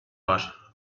var